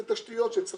בדיוק אנחנו ממש